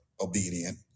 obedient